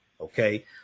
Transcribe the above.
okay